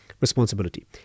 responsibility